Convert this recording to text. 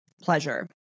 pleasure